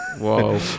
Whoa